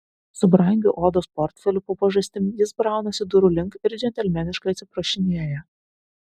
su brangiu odos portfeliu po pažastim jis braunasi durų link ir džentelmeniškai atsiprašinėja